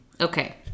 Okay